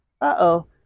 Uh-oh